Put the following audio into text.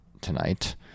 tonight